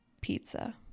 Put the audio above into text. pizza